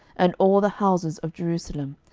and all the houses of jerusalem,